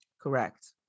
Correct